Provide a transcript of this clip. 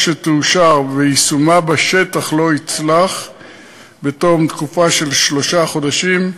או שתאושר ויישומה בשטח לא יצלח בתום תקופה של שלושה חודשים,